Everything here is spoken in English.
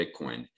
Bitcoin